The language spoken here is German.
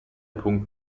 punkt